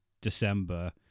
December